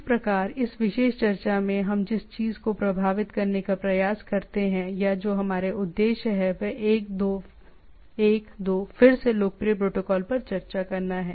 इस प्रकार इस विशेष चर्चा में हम जिस चीज को प्रभावित करने का प्रयास करते हैं या जो हमारा उद्देश्य है वह एक दो फिर से लोकप्रिय प्रोटोकॉल पर चर्चा करना है